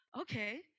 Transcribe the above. Okay